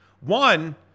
One